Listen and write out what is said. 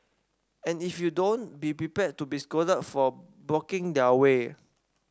and if you don't be prepared to be scolded for blocking their way